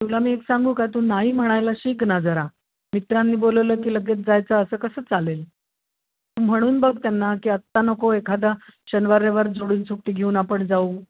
तुला मी एक सांगू का तू नाही म्हणायला शिक ना जरा मित्रांनी बोलवलं की लगेच जायचं असं कसं चालेल तू म्हणून बघ त्यांना की आत्ता नको एखादा शनिवार रविवार जोडून सुट्टी घेऊन आपण जाऊ